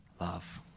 love